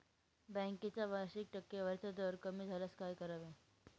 बँकेचा वार्षिक टक्केवारीचा दर कमी झाल्यास काय करावे?